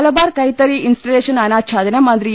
മലബാർ കൈത്തറി ഇൻസ്റ്റലേഷൻ അനാച്ഛാദനം മന്ത്രി ഇ